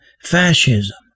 fascism